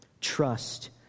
Trust